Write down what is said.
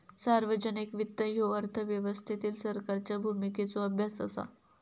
सार्वजनिक वित्त ह्यो अर्थव्यवस्थेतील सरकारच्या भूमिकेचो अभ्यास असा